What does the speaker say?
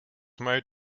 made